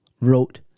wrote